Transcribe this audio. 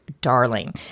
darling